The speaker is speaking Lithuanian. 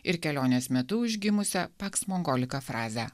ir kelionės metu užgimusią paks mogolika frazę